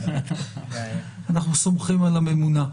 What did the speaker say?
אנחנו סומכים על הממונה.